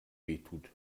wehtut